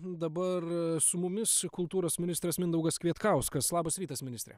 dabar su mumis kultūros ministras mindaugas kvietkauskas labas rytas ministre